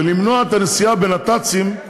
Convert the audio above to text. ולמנוע את הנסיעה בנת"צים,